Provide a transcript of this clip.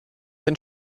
den